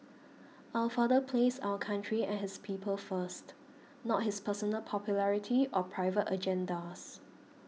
our father placed our country and his people first not his personal popularity or private agendas